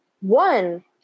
One